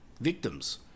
victims